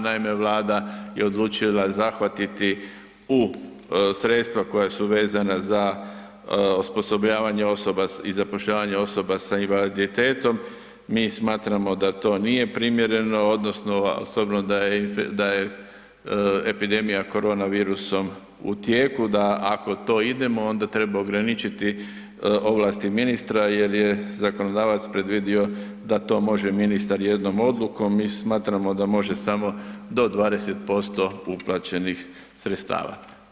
Naime, Vlada je odlučila zahvatiti u sredstva koja su vezana za osposobljavanje osoba i zapošljavanje osoba sa invaliditetom, mi smatramo da to nije primjereno odnosno s obzirom da je, da je epidemija koronavirusom u tijeku, da ako to idemo onda treba ograničiti ovlasti ministra jer je zakonodavac predvidio da to može ministar jednom odlukom, mi smatramo da može samo do 20% uplaćenih sredstava.